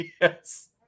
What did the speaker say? Yes